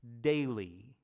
daily